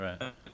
right